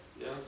yes